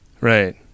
right